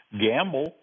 gamble